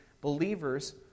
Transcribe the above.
believers